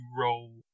roll